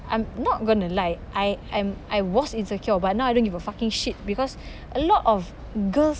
I'm not gonna lie I I'm I was insecure but now I don't give a fucking shit because a lot of girls